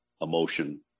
emotion